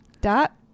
dot